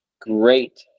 great